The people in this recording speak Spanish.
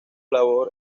labor